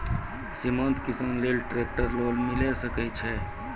सीमांत किसान लेल ट्रेक्टर लोन मिलै सकय छै?